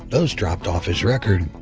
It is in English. those dropped off his record,